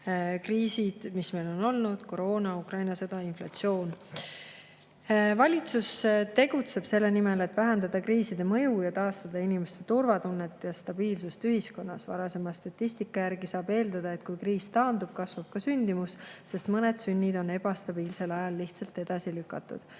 Kriisid, mis meil on olnud: koroona, Ukraina sõda, inflatsioon. Valitsus tegutseb selle nimel, et vähendada kriiside mõju ja taastada inimeste turvatunnet ja stabiilsust ühiskonnas. Varasema statistika järgi saab eeldada, et kui kriis taandub, kasvab ka sündimus, sest mõned sünnid on ebastabiilsel ajal lihtsalt edasi lükatud.